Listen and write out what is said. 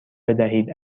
بدهید